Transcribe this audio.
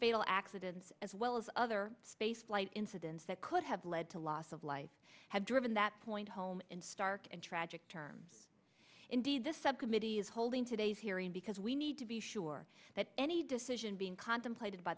fatal accidents as well as other spaceflight incidents that could have led to loss of life have driven that point home in stark and tragic terms indeed this subcommittee is holding today's hearing because we need to be sure that any decision being contemplated by